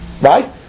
Right